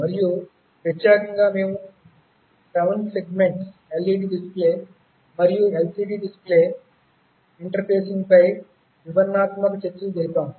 మరియు ప్రత్యేకంగా మేము 7 సెగ్మెంట్ LED డిస్ప్లే మరియు LCD డిస్ప్లే ఇంటర్ఫేసింగ్ పై వివరణాత్మక చర్చలు జరిపాము